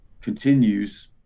continues